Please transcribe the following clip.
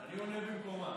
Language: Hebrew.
אני עונה במקומה.